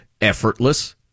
effortless